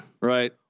Right